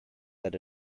let